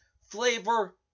flavor